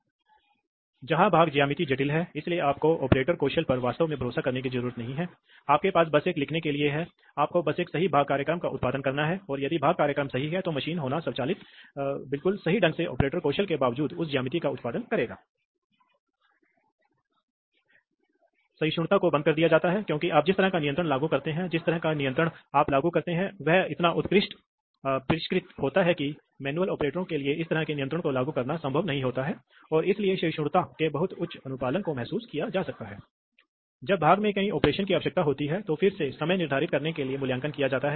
तो ठीक है तो यह है आप एक ही अवधारणा को जानते हैं आप जानते हैं कि कभी कभी क्या होता है आप शुरू कर सकते हैं उफ़ इसलिए कभी कभी ऐसा होता है कि आप कर सकते हैं उदाहरण के लिए आपको जहां आवश्यक है उदाहरण लें विभिन्न आकार की विभिन्न वस्तुओं को दबाना इसलिए कुछ वस्तुएं बड़ी हो सकती हैं कुछ वस्तु छोटी हो सकती हैं इसलिए आप एक एक्ट्यूएटर रख रहे हैं जो आगे बढ़ रहा है और जब वह वस्तु से मिलता है तो उसे धक्का देता है जब तक कि वह एक निश्चित राशि के साथ क्लैंप न हो जाए